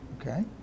Okay